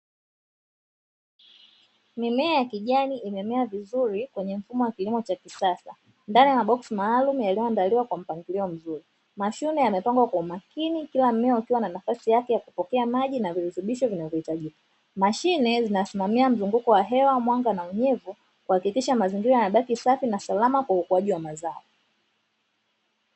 Mimea ya kijani imemea vizuri kwenye mfumo wa kilimo cha kisasa, ndani ya maboksi maalumu, yaliyoandaliwa kwa mpangilio mzuri. Mashina yamepangwa kwa umakini kila mmea ukiwa na nafasi yake ya kupokea maji na virutubisho vinavyohitajika. Mashine zinasimamamia mzunguko wa hewa, mwanga na unyevu kuhakikisha mazingira yanabaki safi na salama kwa ajili ya ukuaji wa mazao.